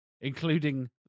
Including